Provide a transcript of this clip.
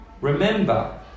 Remember